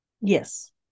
Yes